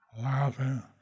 laughing